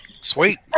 Sweet